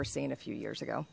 were seeing a few years ago